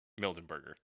Mildenberger